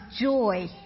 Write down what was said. joy